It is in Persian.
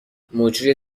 مجری